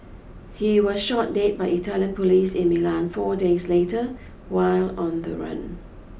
he was shot dead by Italian police in Milan four days later while on the run